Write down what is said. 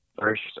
First